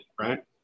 right